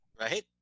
Right